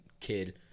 kid